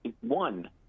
one